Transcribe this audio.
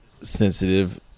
sensitive